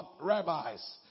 rabbis